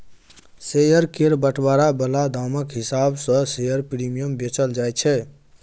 share केर बंटवारा बला दामक हिसाब सँ शेयर प्रीमियम बेचल जाय छै